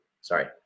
sorry